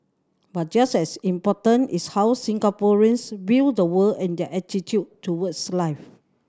but just as important is how Singaporeans view the world and their attitude towards life